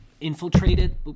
infiltrated